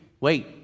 wait